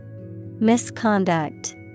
Misconduct